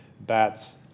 bats